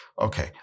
Okay